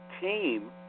team